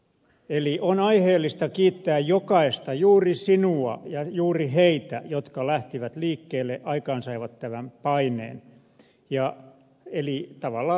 eli on aiheellista kiittää jokaista juuri sinua ja juuri heitä jotka lähtivät liikkeelle aikaansaivat tämän paineen eli tavallaan lähtivät barrikadeille